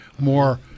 more